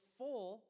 full